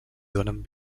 donen